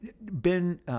Ben